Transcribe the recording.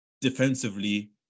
defensively